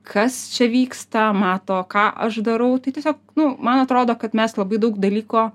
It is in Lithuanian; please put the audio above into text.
kas čia vyksta mato ką aš darau tai tiesiog nu man atrodo kad mes labai daug dalyko